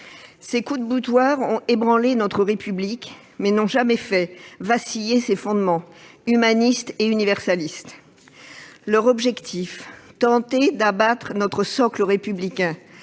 Ces coups de boutoir ont ébranlé notre République, mais n'ont jamais fait vaciller ses fondements humanistes et universalistes. Leur objectif était de tenter d'abattre notre socle républicain,